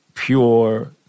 pure